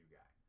guy